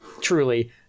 truly